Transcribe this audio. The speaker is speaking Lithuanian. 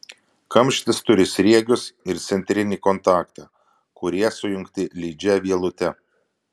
kamštis turi sriegius ir centrinį kontaktą kurie sujungti lydžia vielute